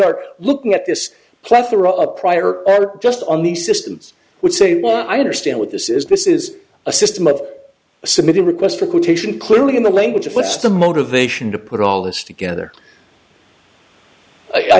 art looking at this plethora of prior art just on these systems would say well i understand what this is this is a system of submitting requests for quotation clearly in the language of what's the motivation to put all this together i